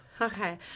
Okay